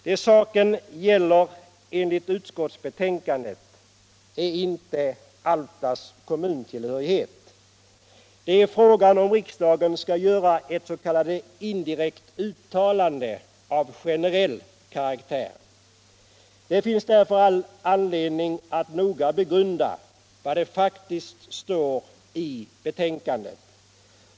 Vad saken gäller enligt utskottsbetänkandet är inte Alftas kommuntillhörighet — det är frågan om riksdagen skall göra ett s.k. indirekt uttalande av generell karaktär: Det finns därför all anledning att noga begrunda vad som faktiskt står i betänkandet.